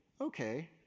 okay